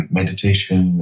meditation